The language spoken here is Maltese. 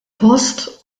post